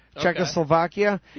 Czechoslovakia